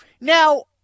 Now